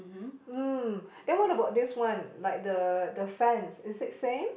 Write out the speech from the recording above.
mm then what about this one like the the fans is it same